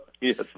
yes